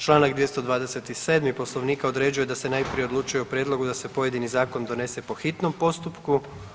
Čl. 227. poslovnika određuje da se najprije odlučuje o prijedlogu da se pojedini zakon donese po hitnom postupku.